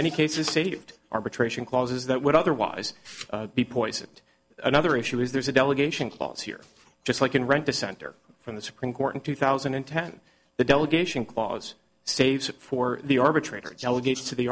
many cases saved arbitration clauses that would otherwise be poisoned another issue is there's a delegation clause here just like in rent the center from the supreme court in two thousand and ten the delegation clause saves it for the arbitrator delegates to the